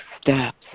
steps